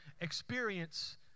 experience